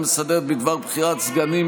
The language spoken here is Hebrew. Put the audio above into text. איש חופשי הוא,